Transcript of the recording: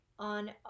on